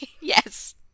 Yes